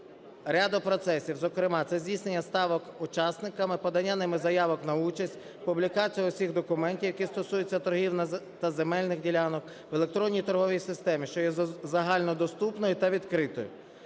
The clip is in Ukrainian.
ряду процесів, зокрема, це здійснення ставок учасниками, подання ними заявок на участь, публікація усіх документів, які стосуються торгів та земельних ділянок, в електронній торговій системі, що є загальнодоступною та відкритою.